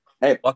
Hey